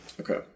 Okay